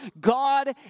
God